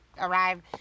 arrive